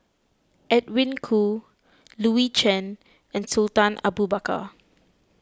Edwin Koo Louis Chen and Sultan Abu Bakar